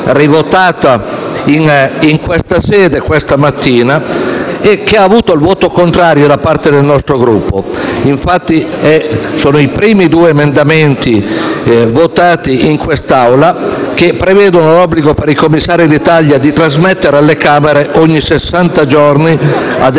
in questa sede questa mattina, che ha ricevuto il voto contrario da parte del nostro Gruppo. Si tratta dei primi due emendamenti votati da quest'Assemblea, che prevedono l'obbligo per i commissari di Alitalia di trasmettere alle Camere, ogni sessanta